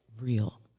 real